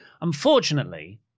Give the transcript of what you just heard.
Unfortunately